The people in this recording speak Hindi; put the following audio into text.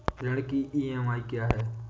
ऋण की ई.एम.आई क्या है?